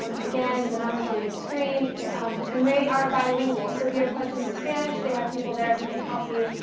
um again, the number is on your screen. um and they are bilingual, so if you have questions in spanish, they have people there who can help you,